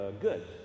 good